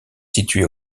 situé